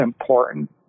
important